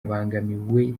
abangamiwe